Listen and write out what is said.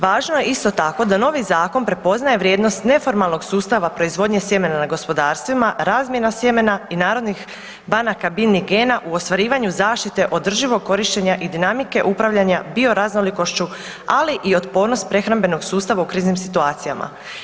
Važno je isto tako da novi zakon prepoznaje vrijednost neformalnog sustava proizvodnje sjemena na gospodarstvima, razmjena sjemena i narodnih banaka biljnih gena u ostvarivanju zaštite održivog korištenja i dinamike upravljanja bioraznolikošću, ali i otpornost prehrambenog sustava u kriznim situacijama.